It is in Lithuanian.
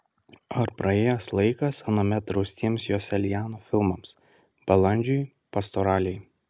ar praėjęs laikas anuomet draustiems joselianio filmams balandžiui pastoralei